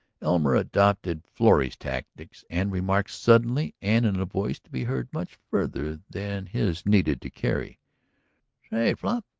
elmer adopted florrie's tactics and remarked suddenly and in a voice to be heard much farther than his needed to carry say, fluff.